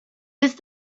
used